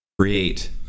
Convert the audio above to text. create